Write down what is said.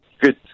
good